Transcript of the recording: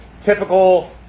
typical